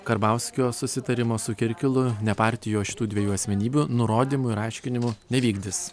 karbauskio susitarimo su kirkilu ne partijos šitų dviejų asmenybių nurodymų ir aiškinimų nevykdys